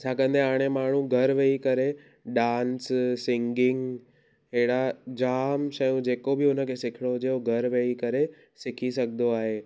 छाकाणि त हाणे माण्हू घर वेही करे डांस सिंगिंग अहिड़ा जाम शयूं जेको बि उनखे सिखणो हुजे उहो घरु वेही करे सिखी सघंदो आहे